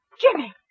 Jimmy